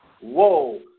Whoa